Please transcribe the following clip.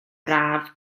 braf